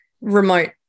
remote